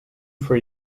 for